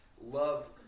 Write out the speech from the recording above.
love